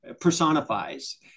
personifies